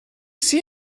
see